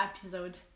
episode